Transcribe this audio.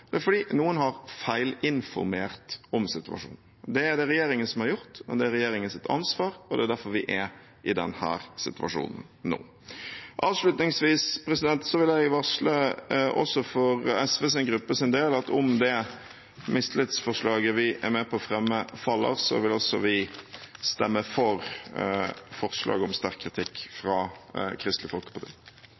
Det er det regjeringen som har gjort, det er regjeringens ansvar, og det er derfor vi er i denne situasjonen nå. Avslutningsvis vil jeg varsle for SVs gruppes del at om det mistillitsforslaget vi er med på å fremme, faller, vil også vi stemme for forslaget om sterk kritikk, fra Kristelig Folkeparti.